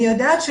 אני יודעת,